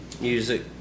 Music